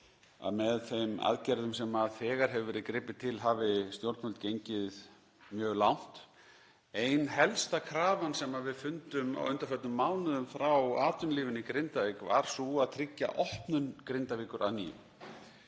með þeim aðgerðum sem þegar hefur verið gripið til hafi stjórnvöld gengið mjög langt. Ein helsta krafan sem við fundum á undanförnum mánuðum frá atvinnulífinu í Grindavík var sú að tryggja opnun Grindavíkur að nýju,